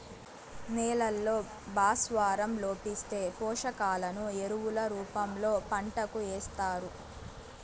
నేలల్లో భాస్వరం లోపిస్తే, పోషకాలను ఎరువుల రూపంలో పంటకు ఏస్తారు